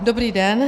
Dobrý den.